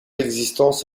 existence